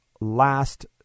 last